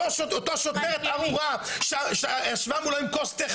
אותה שוטרת ארורה שישבה מולו עם כוס תה